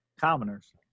commoners